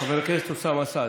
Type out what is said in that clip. חבר הכנסת אוסאמה סעדי.